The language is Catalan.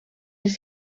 les